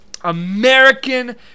American